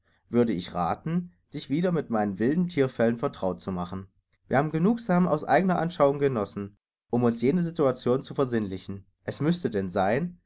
würde ich rathen dich wieder mit meinen wilden thierfellen vertraut zu machen wir haben genugsam aus eigener anschauung genossen um uns jene situation zu versinnlichen es müßte denn sein